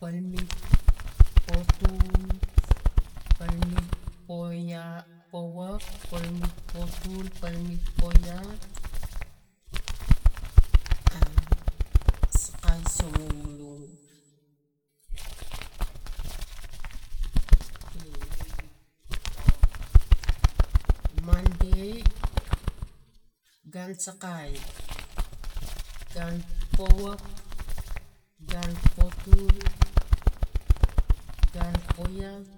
Polmet potul polmet poai powat palmet patul palmet poiat saikai songowlong kai mondai gun sakai gun powak gun potul gun poiat